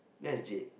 legit